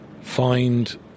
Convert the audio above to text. find